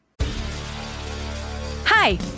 Hi